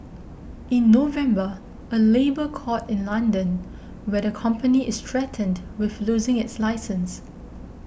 in November a labour court in London where the company is threatened with losing its license